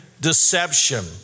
deception